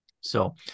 So-